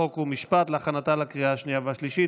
חוק ומשפט להכנתה לקריאה השנייה והשלישית.